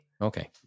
Okay